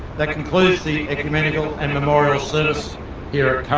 that concludes the ecumenical and memorial service here